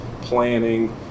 planning